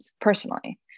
personally